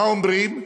מה אומרים?